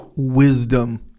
wisdom